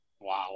Wow